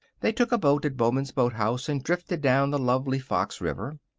they took a boat at baumann's boathouse and drifted down the lovely fox river.